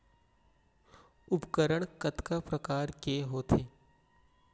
उपकरण कतका प्रकार के होथे?